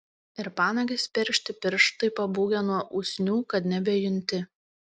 ir panagės peršti pirštai pabūgę nuo usnių kad nebejunti